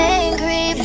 angry